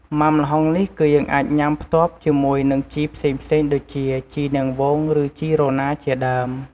មុាំល្ហុងនេះគឺយើងអាចញុាំផ្ទាប់ជាមួយនឹងជីផ្សេងៗដូចជា ជីនាងវង ឬជីរណារជាដើម។